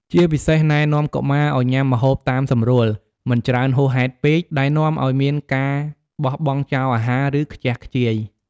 ជាពិសេស ណែនាំកុមារឲ្យញ៉ាំម្ហូបតាមសម្រួល មិនច្រើនហួសហេតុពេក ដែលនាំឲ្យមានការបោះបង់ចោលអាហារ ឬខ្ជះខ្ជាយ។